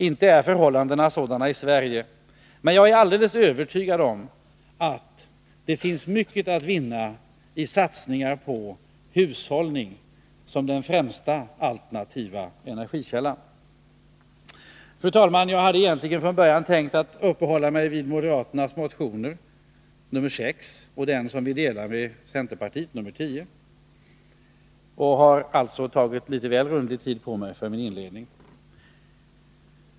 Inte är förhållandena sådana i Sverige, men jag är alldeles övertygad om att det finns mycket att vinna i satsningar på hushållning som den främsta alternativa energikällan. Fru talman! Jag hade egentligen från början tänkt uppehålla mig vid de moderata reservationerna 6 och 10, den som vi delar med centern, och har alltså tagit väl rundlig tid på mig för min inledning.